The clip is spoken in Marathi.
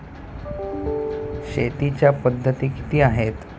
शेतीच्या पद्धती किती आहेत?